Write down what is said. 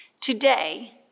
Today